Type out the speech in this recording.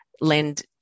lend